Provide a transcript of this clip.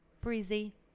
breezy